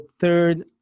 third